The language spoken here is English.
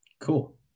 Cool